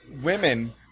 women